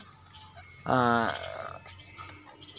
ᱮᱸᱜ